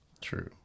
True